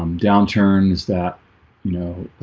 um downturns that you know